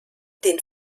den